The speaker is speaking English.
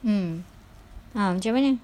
mm ah macam mana